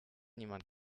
niemand